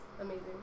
amazing